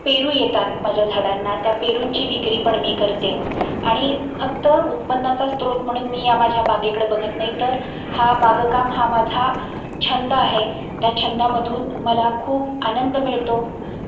पेरू येतात माझ्या झाडांना त्या पेरूंची विक्री पण मी करते आणि फक्त उत्पन्नाचा स्त्रोत म्हणून मी या माझ्या बागेकडे बघत नाही तर हा बागकाम हा माझा छंद आहे त्या छंदामधून मला खूप आनंद मिळतो